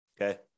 okay